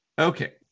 Okay